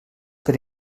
per